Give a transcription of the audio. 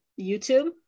YouTube